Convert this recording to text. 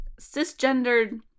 cisgendered